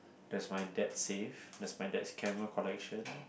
there's my dad's safe there's my dad's camera collection